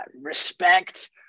respect